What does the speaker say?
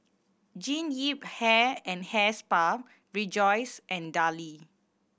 Jean Yip Hair and Hair Spa Rejoice and Darlie